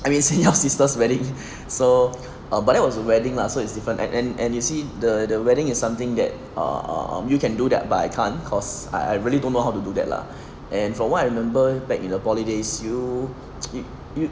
I mean sian yao's sister's wedding so um but that was a wedding lah so it's different and and and you see the the wedding is something that err um you can do that but I can't cause I really don't know how to do that lah and for what I remember back in the poly days you you